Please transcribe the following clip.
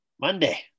Monday